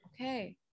Okay